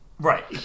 right